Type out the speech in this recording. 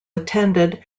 attended